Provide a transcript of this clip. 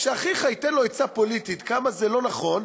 אז שאחיך ייתן לו עצה פוליטית כמה זה לא נכון,